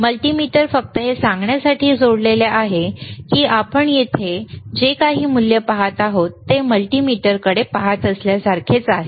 multimeter फक्त हे सांगण्यासाठी जोडलेले आहे की आपण येथे जे काही मूल्य पहात आहोत ते मल्टीमीटरकडे पाहत असलेल्यासारखेच आहे का